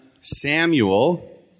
Samuel